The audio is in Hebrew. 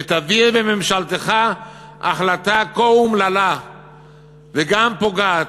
ותביא בממשלתך החלטה כה אומללה וגם פוגעת,